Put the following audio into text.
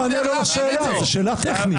רק תענה לו לשאלה, זו שאלה טכנית.